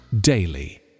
daily